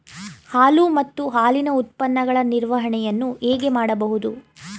ಹಾಲು ಮತ್ತು ಹಾಲಿನ ಉತ್ಪನ್ನಗಳ ನಿರ್ವಹಣೆಯನ್ನು ಹೇಗೆ ಮಾಡಬಹುದು?